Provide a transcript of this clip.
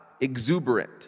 exuberant